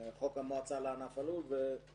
עבירות על חוק המועצה לענף הלול ונלוות